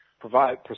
provide